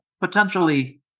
potentially